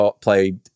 played